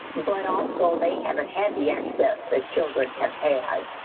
but also, they haven't had the access that children have had.